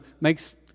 makes